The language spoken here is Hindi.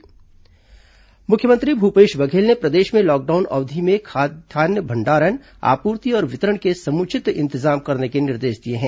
खाद्य विभाग कंट्रोल रूम मुख्यमंत्री भूपेश बघेल ने प्रदेश में लॉकडाउन अवधि में खाद्यान्न भंडारण आपूर्ति और वितरण के समुचित इंतजाम करने के निर्देश दिए हैं